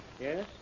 yes